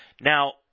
Now